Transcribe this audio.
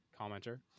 commenter